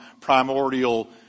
primordial